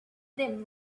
them